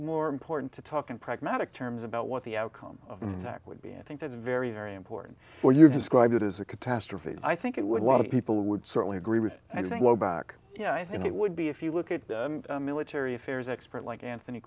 more important to talk in pragmatic terms about what the outcome of that would be i think that's very very important where you describe it as a catastrophe and i think it would lot of people would certainly agree with low back yeah i think it would be if you look at military affairs expert like anthony